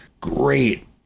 great